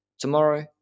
tomorrow